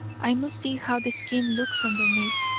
i must see how the skin looks underneath.